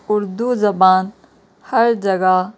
اردو زبان ہر جگہ